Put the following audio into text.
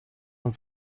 und